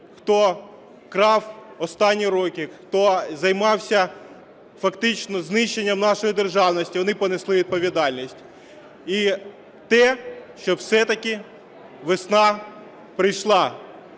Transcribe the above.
хто крав останні роки, хто займався фактично знищенням нашої державності, вони понесли відповідальність. І те, щоб все-таки весна прийшла.